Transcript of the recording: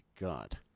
god